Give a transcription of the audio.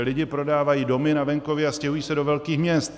Lidi prodávají domy na venkově a stěhují se do velkých měst.